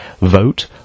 vote